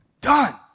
done